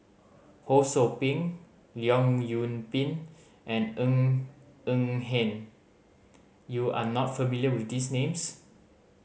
Ho Sou Ping Leong Yoon Pin and Ng Eng Hen you are not familiar with these names